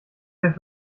euch